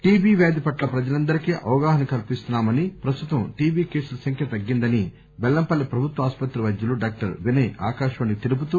TB వ్యాధి పట్ల ప్రజలందరికి అవగాహన కల్పిస్తున్నామని ప్రస్తుతం టిబి కేసుల సంఖ్య తగ్గిందని బెల్లంపల్లి ప్రభుత్వ ఆస్పత్రి వైద్యులు డాక్టర్ వినయ్ ఆకాశవాణికి తెలుపుతూ